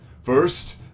first